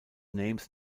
names